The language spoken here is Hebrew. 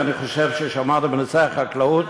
כי אני חושב שבנושא החקלאות